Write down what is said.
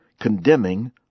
condemning